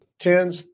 tens